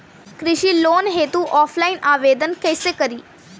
कृषि लोन हेतू ऑफलाइन आवेदन कइसे करि?